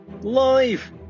live